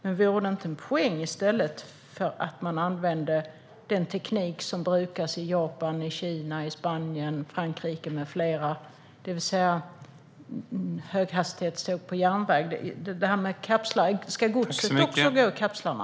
Men vore det inte en poäng att man i stället använder den teknik som brukas i Japan, Kina, Spanien, Frankrike med flera, det vill säga höghastighetståg på järnväg? Ska godset också gå i kapslarna?